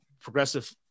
progressive